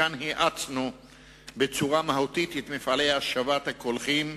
כאן האצנו בצורה מהותית את מפעלי השבת הקולחין,